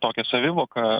tokią savivoką